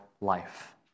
life